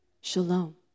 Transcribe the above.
shalom